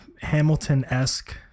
Hamilton-esque